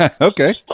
Okay